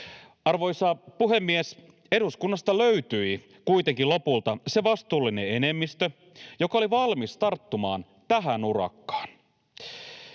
Arvoisa puhemies! Eduskunnasta löytyi kuitenkin lopulta se vastuullinen enemmistö, joka oli valmis tarttumaan tähän urakkaan.